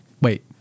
wait